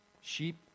Sheep